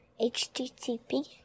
HTTP